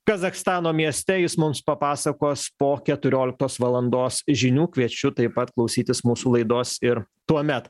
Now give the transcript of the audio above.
kazachstano mieste jis mums papasakos po keturioliktos valandos žinių kviečiu taip pat klausytis mūsų laidos ir tuomet